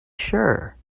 sure